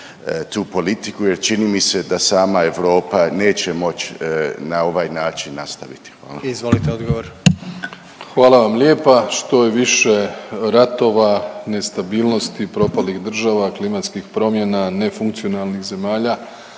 tu politiku jer čini mi se da sama Europa neće moći na ovaj način nastaviti. Hvala. **Jandroković, Gordan (HDZ)** Izvolite odgovor. **Plenković, Andrej (HDZ)** Hvala vam lijepa. Što je više ratova, nestabilnosti, propalih država, klimatskih promjena, nefunkcionalnih zemalja